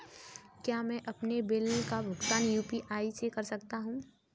क्या मैं अपने बिल का भुगतान यू.पी.आई से कर सकता हूँ?